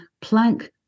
Planck